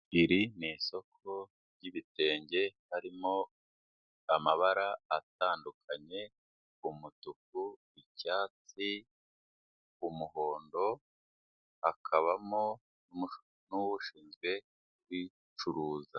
Iri ni isoko ry'ibitenge harimo amabara atandukanye, umutuku, icyatsi, umuhondo, akabamo n'ushinzwe kuyicuruza.